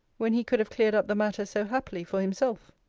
when he could have cleared up the matter so happily for himself!